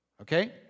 Okay